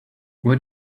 what